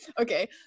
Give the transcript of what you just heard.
Okay